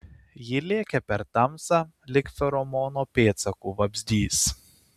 ji lėkė per tamsą lyg feromono pėdsaku vabzdys